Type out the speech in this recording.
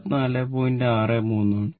63 ആണ്